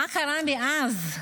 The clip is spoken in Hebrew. מה קרה מאז.